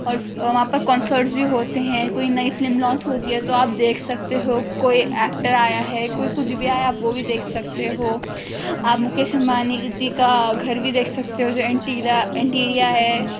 اور وہاں پر کنسرٹس بھی ہوتے ہیں کوئی نئی فلم لانچ ہوتی ہے تو آپ دیکھ سکتے ہو کوئی ایکٹر آیا ہے کوئی کچھ بھی آیا آپ وہ بھی دیکھ سکتے ہو آپ مکیش امبانی جی کا گھر بھی دیکھ سکتے ہو جو انٹیلا انٹیریا ہے